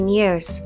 years